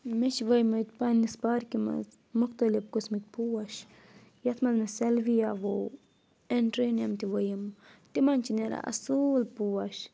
مےٚ چھِ ؤیِمٕتۍ پنٕنِس پارکہِ منٛز مُختٔلِف قٕسمٕکۍ پوش یَتھ منٛز مےٚ سیٚلویا ووٚو اؠنٹرٛینَیم تہِ ؤیِم تِمَن چھِ نیران اَصٕٲل پوش